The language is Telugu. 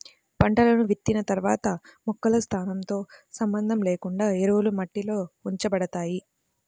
పంటలను విత్తిన తర్వాత మొక్కల స్థానంతో సంబంధం లేకుండా ఎరువులు మట్టిలో ఉంచబడతాయి